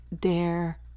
dare